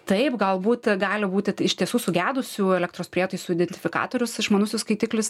taip galbūt gali būti iš tiesų sugedusių elektros prietaisų identifikatorius išmanusis skaitiklis